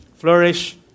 Flourish